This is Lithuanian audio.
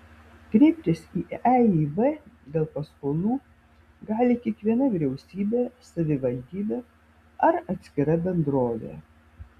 kreiptis į eib dėl paskolų gali kiekviena vyriausybė savivaldybė ar atskira bendrovė